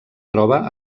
troba